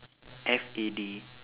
F A D